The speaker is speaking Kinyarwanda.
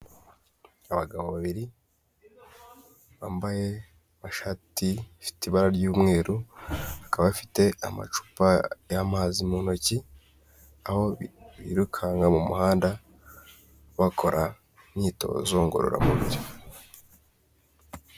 Abagabo babiri, bambaye amashati afite ibara ry'umweru, baka bafite amacupa y'amazi mu ntoki, aho birukanka mu muhanda bakora imyitozo ngororamubiri.